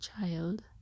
child